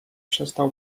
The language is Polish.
przestał